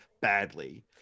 badly